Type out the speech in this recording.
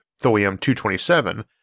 Thorium-227